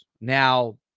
Now